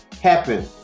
happen